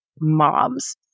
moms